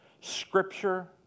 Scripture